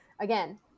Again